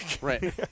Right